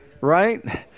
Right